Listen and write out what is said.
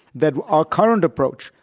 that our current approach,